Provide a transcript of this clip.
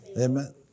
Amen